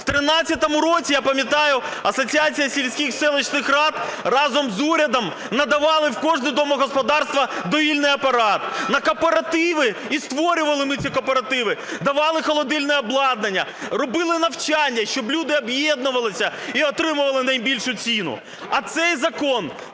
В 13-му році, я пам'ятаю, Асоціація сільських, селищних рад разом з урядом надавали в кожне домогосподарство доїльний апарат, на кооперативи. І створювали ми ці кооперативи, давали холодильне обладнання, робили навчання, щоб люди об'єднувалися і отримували найбільшу ціну. А цей закон